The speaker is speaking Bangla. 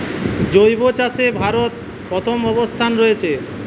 জৈব চাষে ভারত প্রথম অবস্থানে রয়েছে